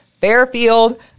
Fairfield